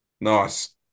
Nice